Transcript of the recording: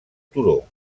turó